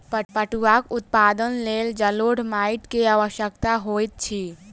पटुआक उत्पादनक लेल जलोढ़ माइट के आवश्यकता होइत अछि